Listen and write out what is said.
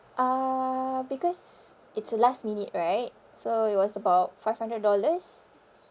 uh because it's a last minute right so it was about five hundred dollars